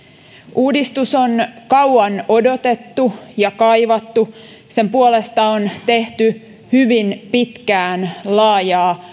uudistus on kauan odotettu ja kaivattu sen puolesta on tehty hyvin pitkään laajaa